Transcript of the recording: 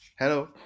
Hello